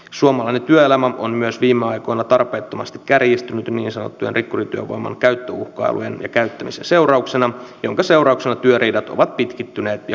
suomalainen työelämä on myös viime aikoina tarpeettomasti kärjistynyt niin sanotun rikkurityövoiman käyttöuhkailujen ja käyttämisen seurauksena jonka seurauksena työriidat ovat pitkittyneet ja hankaloituneet